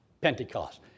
Pentecost